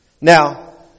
Now